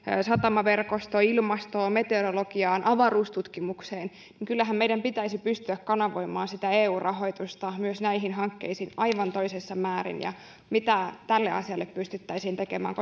satamaverkostoon ilmastoon meteorologiaan avaruustutkimukseen niin kyllähän meidän pitäisi pystyä kanavoimaan sitä eu rahoitusta myös näihin hankkeisiin aivan toisessa määrin mitä tälle asialle pystyttäisiin tekemään